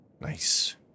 Nice